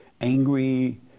angry